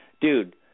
Dude